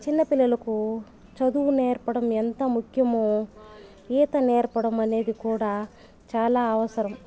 చిన్నపిల్లలకు చదువు నేర్పడం ఎంత ముఖ్యమో ఈత నేర్పడం అనేది కూడా చాలా అవసరం